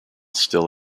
still